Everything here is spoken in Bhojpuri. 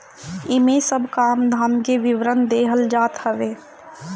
इमे सब काम धाम के विवरण देहल जात हवे